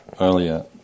earlier